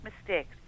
mistakes